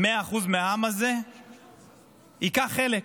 100% מהעם הזה ייקח חלק,